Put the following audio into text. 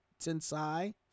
Tensai